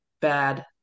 bad